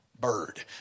bird